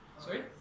Sorry